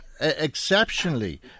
exceptionally